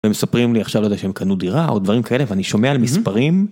ומספרים לי עכשיו אני לא יודע שהם קנו דירה או דברים כאלה ואני שומע על מספרים.